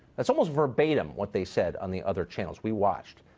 that's almost verbatim what they said on the other channels. we watched.